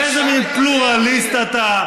איזה מן פלורליסט אתה?